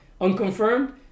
unconfirmed